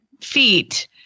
feet